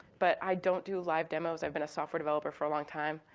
but i don't do live demos. i've been a software developer for a long time.